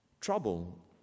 Trouble